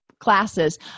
classes